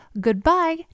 goodbye